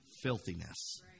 filthiness